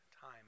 time